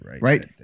Right